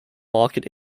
market